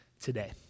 today